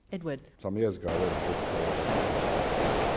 edward. some years ago i wrote a book called the happiness purpose.